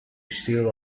steal